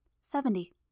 Seventy